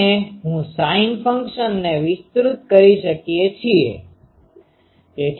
અને હું sin ફંક્શનને વિસ્તૃત કરી શકીએ છીએ